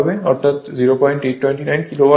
অর্থাৎ 0829 kilowatt হয়